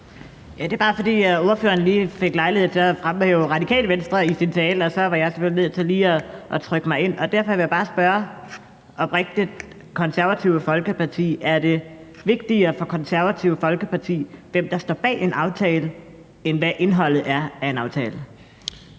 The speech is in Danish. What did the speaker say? Det er bare, fordi ordføreren lige fik lejlighed til at fremhæve Radikale Venstre i sin tale, og så var jeg selvfølgelig nødt til lige at trykke mig ind. Derfor vil jeg bare oprigtigt spørge Det Konservative Folkeparti: Er det vigtigere for Det Konservative Folkeparti, hvem der står bag en aftale, end hvad indholdet er af en aftale?